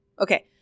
Okay